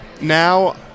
Now